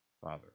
Father